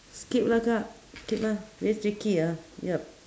skip lah kak skip lah very tricky ah yup